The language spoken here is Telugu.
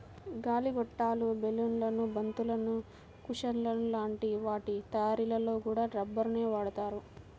గాలి గొట్టాలు, బెలూన్లు, బంతులు, కుషన్ల లాంటి వాటి తయ్యారీలో కూడా రబ్బరునే వాడతారు